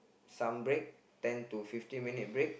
some break ten to fifteen minute break